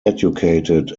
educated